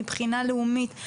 מבחינה לאומית,